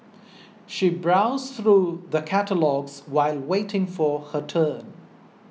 she browsed through the catalogues while waiting for her turn